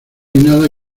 nada